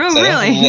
um really!